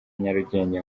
nyarugenge